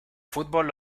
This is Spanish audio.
fútbol